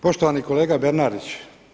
Poštovani kolega Bernardić.